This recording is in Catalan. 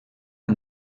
amb